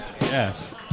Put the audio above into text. Yes